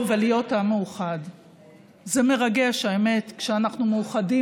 ישראל בשחמט ובמועדון השחמט העירוני של ראשון לציון.